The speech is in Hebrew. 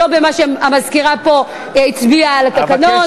ולא במה שהמזכירה פה הצביעה על התקנון,